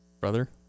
brother